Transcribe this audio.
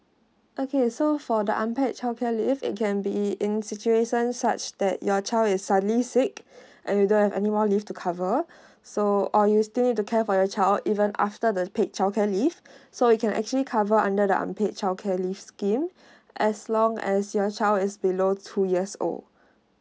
okay so for the unpaid childcare leave it can be in situation such that your child is suddenly sick and you don't have any more leave to cover so or you still need to care for your child even after the paid childcare leave so you can actually cover under the unpaid childcare leave scheme as long as your child is below two years old